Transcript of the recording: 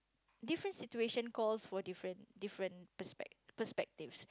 different situations calls for different different perspec~ perspectives